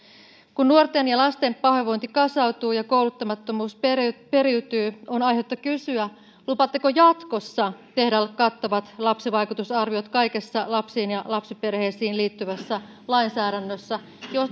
kun nuorten ja lasten pahoinvointi kasautuu ja kouluttamattomuus periytyy periytyy on aihetta kysyä lupaatteko jatkossa tehdä kattavat lapsivaikutusarviot kaikessa lapsiin ja lapsiperheisiin liittyvässä lainsäädännössä